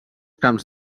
camps